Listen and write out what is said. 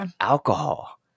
alcohol